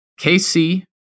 KC